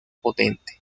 potente